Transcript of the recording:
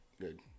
good